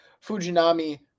Fujinami